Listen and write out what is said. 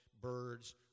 birds